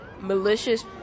malicious